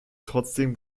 trotzdem